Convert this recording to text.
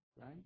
Right